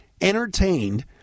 entertained